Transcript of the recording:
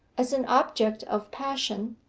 as an object of passion,